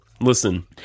Listen